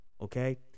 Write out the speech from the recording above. okay